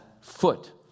foot